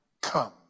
come